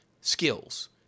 Skills